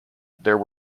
there